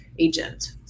agent